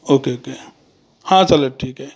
okay okay हां चालेल ठीक आहे